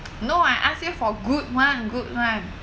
no uh I ask you for good one good one